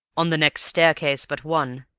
on the next staircase but one.